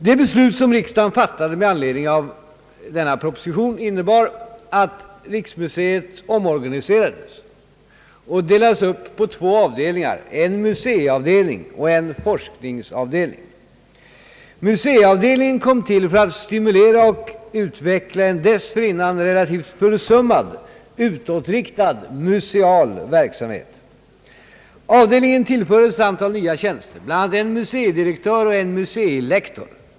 Det beslut som riksdagen fattade med anledning av prop. 1965:81 innebar bl.a. att riksmuseet omorganiserades och delades upp på två avdelningar, en museiavdelning och en forskningsavdelning. Museiavdelningen kom till för att stimulera och utveckla en dessförinnan relativt försummad utåtriktad museal verksamhet. Avdelningen tillfördes ett antal nya tjänster, bl.a. en museidirektör och en museilektor.